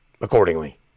accordingly